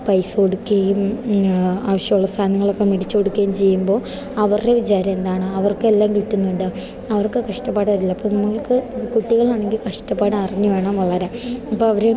പൈസ കൊടുക്കുകയും ആവശ്യമുള്ള സാനങ്ങളൊക്കെ വേടിച്ച് കൊടുക്കുകയും ചെയ്യുമ്പോൾ അവരുടെ വിചാരം എന്താണ് അവർക്കെല്ലാം കിട്ടുന്നുണ്ട് അവർക്ക് കഷ്ടപ്പാടറിയില്ല അപ്പം നിങ്ങൾക്ക് കുട്ടികളാണെങ്കിൽ കഷ്ടപ്പാട് അറിഞ്ഞു വേണം വളരാൻ അപ്പം അവർ